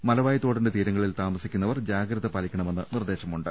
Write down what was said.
മലവായ് തോടിന്റെ തീര ങ്ങളിൽ താമസിക്കുന്നവർ ജാഗ്രത പാലിക്കണമെന്ന് നിർദ്ദേശമുണ്ട്